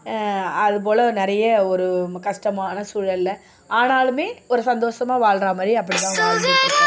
அது போல் நிறைய ஒரு கஷ்டமான சூழலில் ஆனாலும் ஒரு சந்தோஷமா வாழ்கிற மாதிரி அப்படித்தான் வாழ்ந்துகிட்டு இருக்கோம்